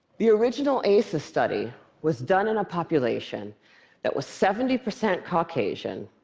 the original aces study was done in a population that was seventy percent caucasian,